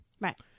Right